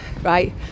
right